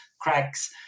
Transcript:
cracks